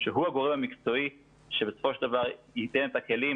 שהוא הגורם המקצועי שבסופו של דבר ייתן את הכלים,